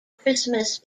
christmas